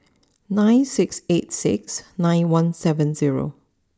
nine six eight six nine one seven zero